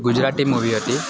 Gujarati movie હતી